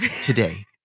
Today